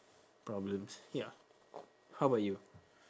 problems ya how about you